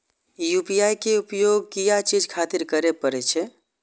UPI के उपयोग किया चीज खातिर करें परे छे?